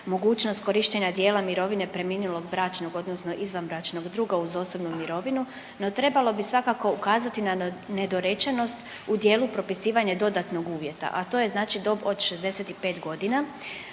mogućnost korištenja dijela mirovine preminulog bračnog odnosno izvanbračnog druga uz osobnu mirovinu, no trebalo bi svakako ukazati na nedorečenost u dijelu propisivanja dodatnog uvjeta, a to je znači dob od 65.g.